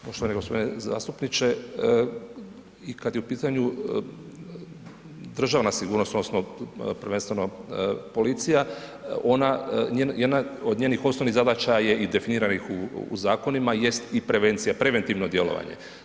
Poštovani gospodine zastupniče i kad je u pitanju državna sigurnost odnosno prvenstveno policija ona, jedna od njenih osnovnih zadaća je i definiranih u zakonima jest i prevencija, preventivno djelovanje.